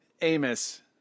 Amos